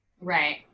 right